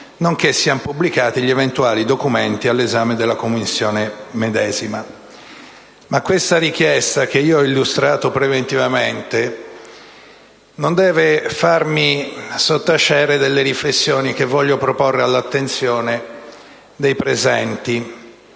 nonché siano pubblicati gli eventuali documenti all'esame della Commissione medesima. Questa richiesta che ho illustrato preventivamente non deve farmi sottacere delle riflessioni che voglio porre all'attenzione dei presenti,